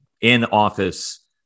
in-office